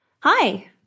Hi